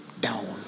down